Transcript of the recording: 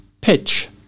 pitch